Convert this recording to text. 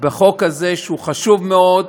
בחוק הזה, שהוא חשוב מאוד,